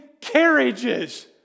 carriages